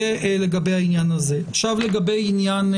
לגבי העניין בו אנחנו דנים.